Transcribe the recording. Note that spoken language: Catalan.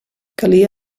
calia